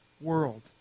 world